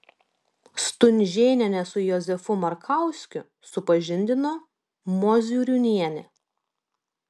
stunžėnienę su jozefu markauskiu supažindino mozūriūnienė